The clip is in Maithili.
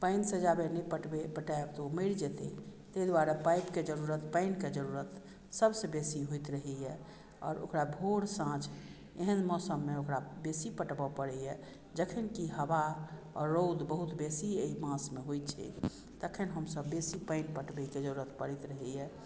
पानिसँ याबत नहि पटबैत पटायब तऽ ओ मरि जेतै ताहि दुआरे पाइपके जरूरत पानिके जरूरत सभसँ बेसी होइत रहैए आओर ओकरा भोर साँझ एहन मौसममे ओकरा बेसी पटबऽ पड़ैए जखन कि हवा आओर रौद बहुत बेसी एहि मासमे होइत छै तखन हमसभ बेसी पानि पटबैके जरूरत पड़ैत रहैए